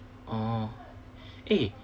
orh eh